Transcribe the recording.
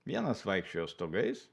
vienas vaikščiojo stogais